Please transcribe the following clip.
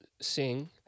sing